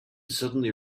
suddenly